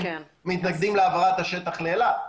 מתנגדים להעברת השטח לאלעד.